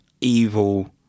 evil